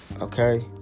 okay